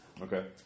Okay